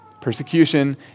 persecution